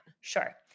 Sure